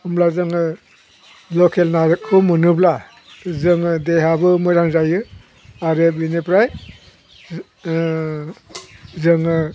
होमब्ला जोङो लकेल नाखौ मोनोब्ला जोङो देहाबो मोजां जायो आरो बिनिफ्राय जोङो